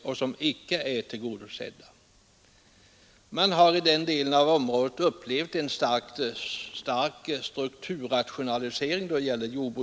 Och nu har man i den delen av området haft en stark strukturrationalisering på jordbrukets område.